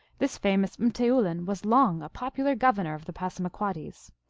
this famous m teoulin was long a popular gov ernor of the passamaquoddies.